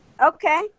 okay